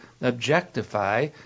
objectify